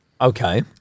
Okay